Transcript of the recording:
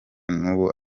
n’uwo